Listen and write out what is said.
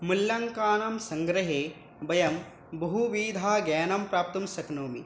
मूल्याङ्कानां सङ्ग्रहे वयं बहुविधज्ञानं प्राप्तुं शक्नोमि